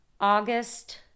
August